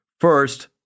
First